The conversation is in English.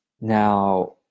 Now